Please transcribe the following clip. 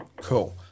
Cool